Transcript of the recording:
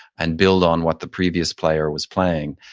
and build on what the previous player was playing.